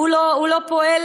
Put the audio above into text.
הוא לא פועל,